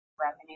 revenue